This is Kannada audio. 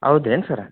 ಹೌದೇನ್ ಸರ್